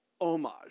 homage